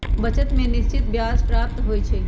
बचत में निश्चित ब्याज प्राप्त होइ छइ